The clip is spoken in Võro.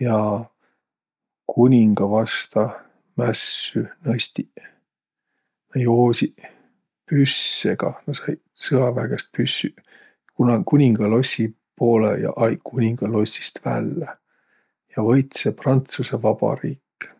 ja kuninga vasta mässü nõstiq. Ja joosiq püssegaq, nä saiq sõaväe käest püssüq, kuna- kuningalossi poolõ ja aiq kuninga lossist vällä. Ja võitsõ Prantsusõ Vabariik.